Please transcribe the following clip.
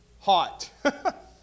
hot